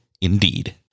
indeed